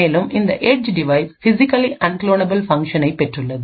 மேலும் இந்த edge device physically unclonable ஃபங்ஷனைப் பெற்றுள்ளது